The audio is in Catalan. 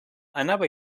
anava